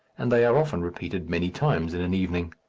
and they are often repeated many times in an evening.